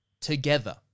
Together